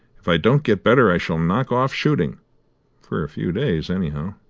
if i don't get better, i shall knock off shooting for a few days, anyhow.